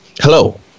Hello